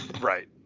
Right